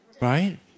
right